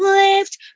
lift